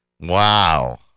Wow